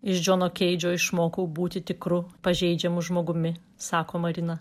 iš džono keidžo išmokau būti tikru pažeidžiamu žmogumi sako marina